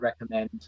recommend